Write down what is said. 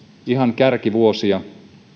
ihan kärkivuosia